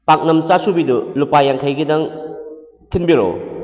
ꯄꯥꯛꯅꯝ ꯆꯥꯁꯨꯕꯤꯗꯨ ꯂꯨꯄꯥ ꯌꯥꯡꯈꯩꯒꯤꯗꯪ ꯊꯤꯟꯕꯤꯔꯛꯑꯣ